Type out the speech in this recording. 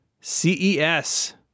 CES